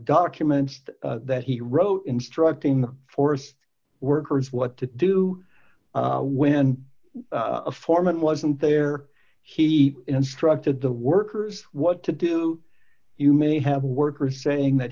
documents that he wrote instructing the forest workers what to do when a foreman wasn't there he instructed the workers what to do you may have a worker saying that